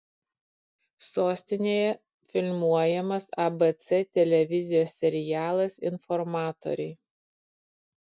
sostinėje filmuojamas abc televizijos serialas informatoriai